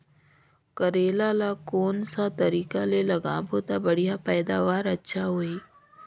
करेला ला कोन सा तरीका ले लगाबो ता बढ़िया पैदावार अच्छा होही?